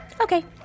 Okay